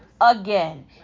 again